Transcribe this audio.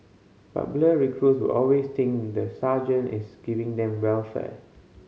but blur recruits will always think the sergeant is giving them welfare